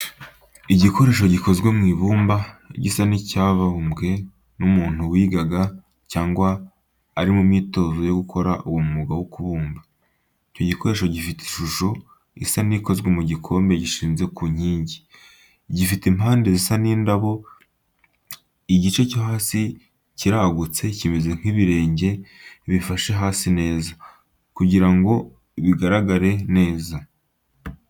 Igikoresho gikozwe mu ibumba, gisa n'icyabumbwe n'umuntu wigaga cyangwa wari mu myitozo yo gukora uwo mwuga wo kubumba. Icyo gikoresho gifite ishusho isa n'ikozwe mu gikombe gishinze ku nkingi, ifite impande zisa n'indabo. Igice cyo hasi kiragutse, kimeze nk'ibirenge bifashe hasi neza, kugira ngo gihagarare neza.